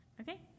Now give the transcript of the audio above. Okay